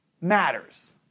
matters